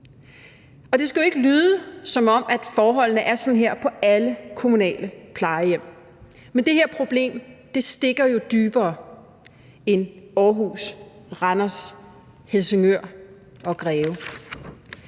og det skal jo ikke lyde, som om forholdene er sådan her på alle kommunale plejehjem, men det her problem stikker dybere end Aarhus, Randers, Helsingør og Greve.